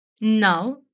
Now